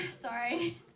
sorry